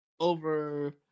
over